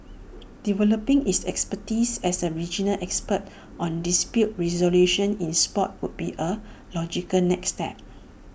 developing its expertise as A regional expert on dispute resolution in Sport would be A logical next step